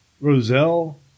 Roselle